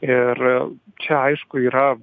ir čia aišku yra